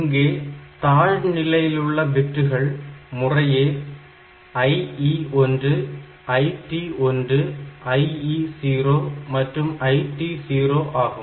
இங்கே தாழ் நிலையிலுள்ள பிட்டுகள் முறையை IE1 IT1 IE0 மற்றும் IT0 ஆகும்